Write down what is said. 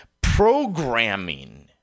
programming